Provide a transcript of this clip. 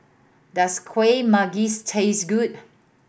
does Kuih Manggis taste good